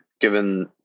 given